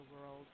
world